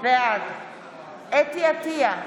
בעד חוה אתי עטייה,